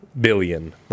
Billion